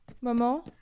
Maman